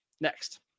next